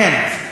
כן,